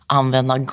använda